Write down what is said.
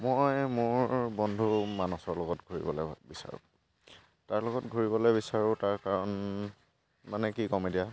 মই মোৰ বন্ধু মানচৰ লগত ঘূৰিবলৈ বিচাৰোঁ তাৰ লগত ঘূৰিব বিচাৰোঁ তাৰ কাৰণ কি ক'ম এতিয়া